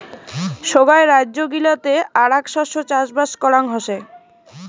সোগায় রাইজ্য গিলাতে আরাক শস্য চাষবাস করাং হসে